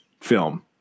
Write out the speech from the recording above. film